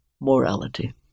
morality